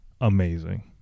amazing